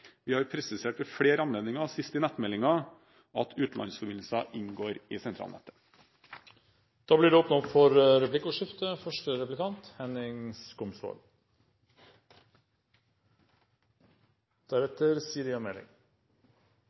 Vi har presisert ved flere anledninger, sist i nettmeldingen, at utenlandsforbindelser inngår i sentralnettet. Det blir åpnet for replikkordskifte.